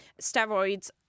steroids